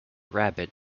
rabbit